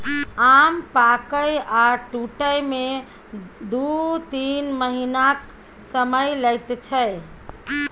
आम पाकय आ टुटय मे दु तीन महीनाक समय लैत छै